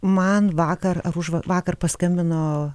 man vakar ar užva vakar paskambino